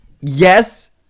yes